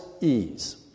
ease